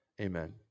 Amen